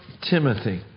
Timothy